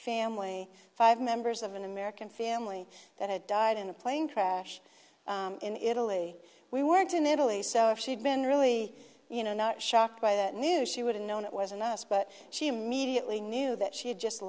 family five members of an american family that had died in a plane crash in italy we weren't in italy so if she'd been really you know not shocked by the news she would have known it was in us but she immediately knew that she had just